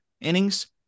innings